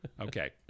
okay